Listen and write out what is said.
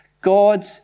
God